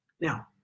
Now